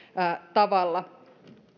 tavalla